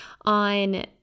On